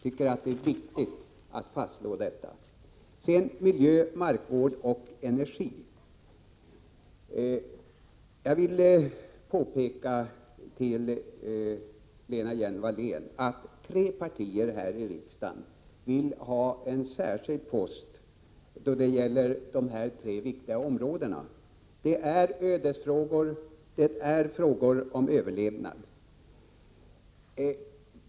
Det är viktigt att fastslå detta. Jag vill sedan beröra frågan om miljö, markvård och energi. Jag vill påpeka för Lena Hjelm-Wallén att tre partier här i riksdagen vill ha en särskild post när det gäller dessa tre viktiga områden. Det är ödesfrågor, det är frågor om överlevnad.